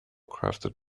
crafted